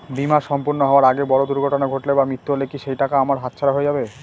বীমা সম্পূর্ণ হওয়ার আগে বড় দুর্ঘটনা ঘটলে বা মৃত্যু হলে কি সেইটাকা আমার হাতছাড়া হয়ে যাবে?